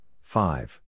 five